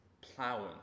plowing